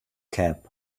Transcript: cab